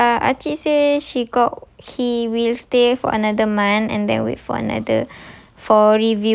ah ah acik say she got he will stay for another month and then wait for another